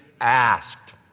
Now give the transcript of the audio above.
asked